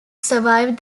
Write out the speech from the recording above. survived